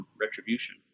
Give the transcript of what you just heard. retribution